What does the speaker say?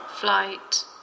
flight